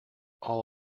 all